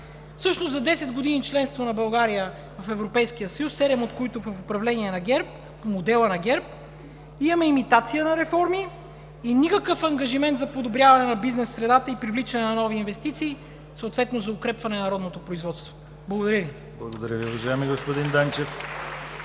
Всъщност за 10 години членство на България в Европейския съюз, 7 от които в управление на модела на ГЕРБ, имаме имитация на реформи и никакъв ангажимент за подобряване на бизнес средата и привличане на нови инвестиции, съответно за укрепване на родното производство. Благодаря Ви. (Ръкопляскания от „БСП за